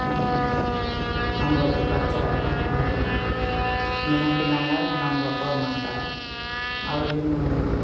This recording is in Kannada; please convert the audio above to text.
ನಮ್ಗೊಬ್ರ ಪರಿಚಯ ಅದರ ಅವ್ರ ಮೀನ ತಿನ್ನಂಗಾದ್ರ ನಮ್ಗ ಅವ್ರ ಫೋನ್ ಮಾಡ್ತಾರೆ ಅವ್ರ್ಗುನೂ